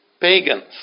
pagans